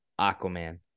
Aquaman